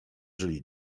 żyli